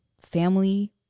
family